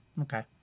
okay